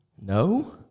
No